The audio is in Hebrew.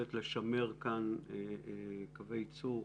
היכולת לשמר כאן קווי ייצור